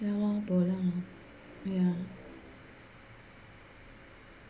ya lor bo liao